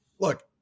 Look